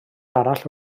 arall